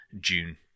June